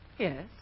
Yes